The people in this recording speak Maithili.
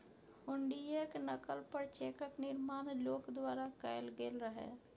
हुंडीयेक नकल पर चेकक निर्माण लोक द्वारा कैल गेल रहय